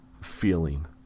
feeling